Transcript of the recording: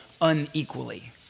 unequally